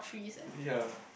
yea